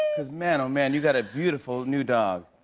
cause, man, oh, man, you got a beautiful new dog.